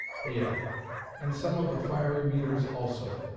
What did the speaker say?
hail and some of the fiery meteors also.